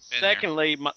Secondly